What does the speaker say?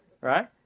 right